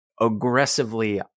aggressively